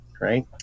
right